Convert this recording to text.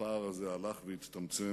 הפער הזה הלך והצטמצם.